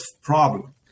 problem